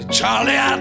Charlie